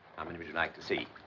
how many would you like to see?